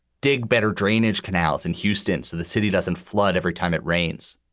dig better drainage canals in houston so the city doesn't flood every time it rains,